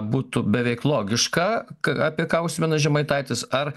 būtų beveik logiška apie ką užsimena žemaitaitis ar